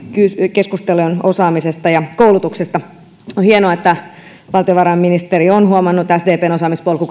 keskusteluun osaamisesta ja koulutuksesta on hienoa että valtiovarainministeri on huomannut sdpn osaamispolku